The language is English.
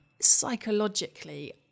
Psychologically